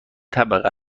طبقه